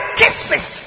kisses